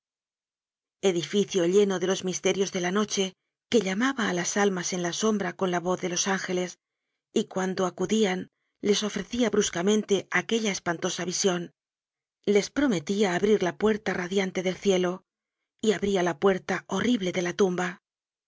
edificio lleno de los misterios de la noche que llamaba á las almas en la sombra con la voz de los ángeles y cuando acudian les ofrecia bruscamente aquella espantosa vision les prometia abrir la puerta radiante del cielo y abria la puerta horrible de la tumba